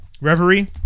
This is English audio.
Reverie